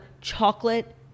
chocolate